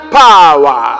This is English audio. power